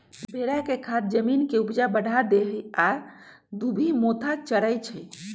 भेड़ा के खाद जमीन के ऊपजा बढ़ा देहइ आ इ दुभि मोथा चरै छइ